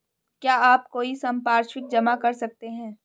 क्या आप कोई संपार्श्विक जमा कर सकते हैं?